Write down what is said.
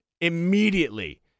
immediately